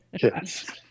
Yes